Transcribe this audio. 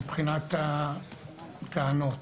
מבחינת הטענות.